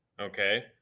okay